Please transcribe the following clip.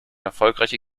erfolgreiche